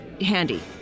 handy